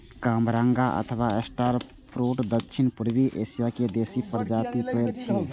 कामरंगा अथवा star fruit दक्षिण पूर्वी एशिया के देसी प्रजातिक पेड़ छियै